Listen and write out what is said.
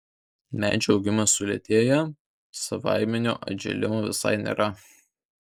medžių augimas sulėtėja savaiminio atžėlimo visai nėra